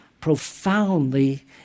profoundly